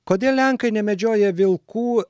kodėl lenkai nemedžioja vilkų